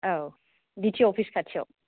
औ D T अ office खाथियाव